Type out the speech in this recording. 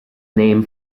name